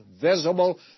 visible